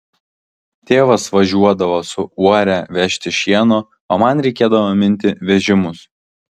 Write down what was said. tėvas važiuodavo su uore vežti šieno o man reikėdavo minti vežimus